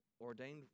ordained